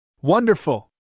Wonderful